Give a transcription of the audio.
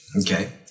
Okay